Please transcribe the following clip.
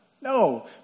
No